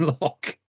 lock